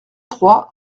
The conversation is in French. trois